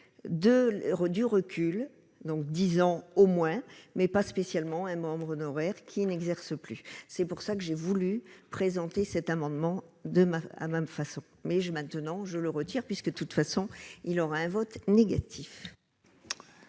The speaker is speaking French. du recul donc 10 ans au moins, mais pas spécialement un membre honoraire qui n'exerce plus, c'est pour ça que j'ai voulu présenter cet amendement de a même façon mais je maintenant je le retire, puisque de toute façon il aura un vote négatif.